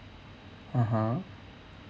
(uh huh)